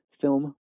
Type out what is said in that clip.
film